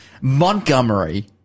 Montgomery